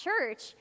church